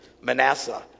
Manasseh